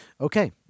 Okay